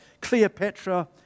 Cleopatra